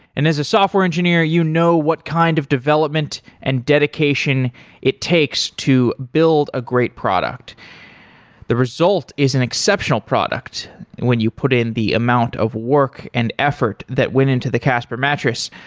and as a software engineer, you know what kind of development and dedication it takes to build a great product the result is an exceptional product and when you put in the amount of work and effort that went into the casper mattress,